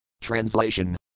Translation